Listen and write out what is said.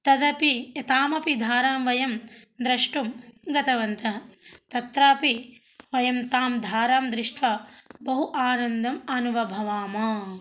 तदपि तामपि धारां वयं द्रष्टुं गतवन्तः तत्रापि वयं तां धारां दृष्ट्वा बहु आनन्दम् अन्वभवाम